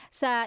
sa